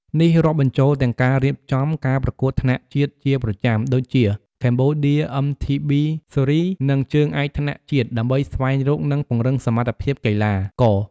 នេះរាប់បញ្ចូលទាំងការរៀបចំ ការប្រកួតថ្នាក់ជាតិជាប្រចាំ ដូចជា Cambodia MTB Series និងជើងឯកថ្នាក់ជាតិ ដើម្បីស្វែងរក និងពង្រឹងសមត្ថភាពកីឡាករ។